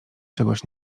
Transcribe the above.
czegoś